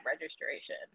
registration